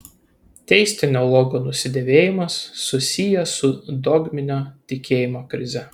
teistinio logo nusidėvėjimas susijęs su dogminio tikėjimo krize